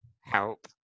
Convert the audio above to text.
help